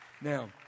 Now